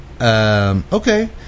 Okay